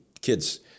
kids